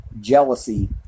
jealousy